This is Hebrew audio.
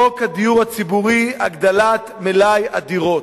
חוק הדיור הציבורי, הגדלת מלאי הדירות.